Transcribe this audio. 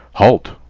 halt!